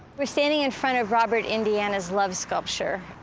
we're standing in front of robert indiana's love sculpture.